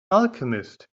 alchemist